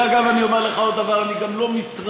ואגב, אני אומר לך עוד דבר: אני גם לא מתרשם,